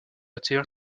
atterrir